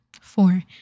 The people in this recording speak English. four